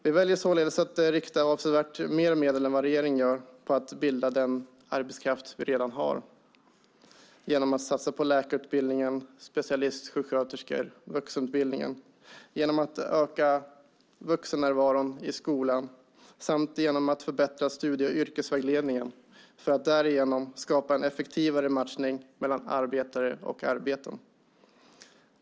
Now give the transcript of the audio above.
Vi väljer således att rikta avsevärt mer medel än vad regeringen gör på att utbilda den arbetskraft vi redan har genom att satsa på läkarutbildningen, specialistsjuksköterskeutbildningen och vuxenutbildningen, genom att öka vuxennärvaron i skolan samt genom att förbättra studie och yrkesvägledningen. Därigenom skapas en effektivare matchning mellan arbetare och arbeten.